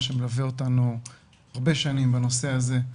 שמלווה אותנו הרבה שנים בנושא הזה,